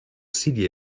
city